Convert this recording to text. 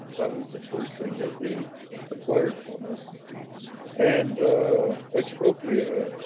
that was the first thing that they acquired from us and expropriate ah